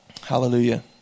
Hallelujah